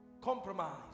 Compromise